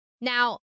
Now